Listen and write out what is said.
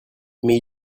mais